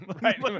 Right